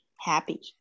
happy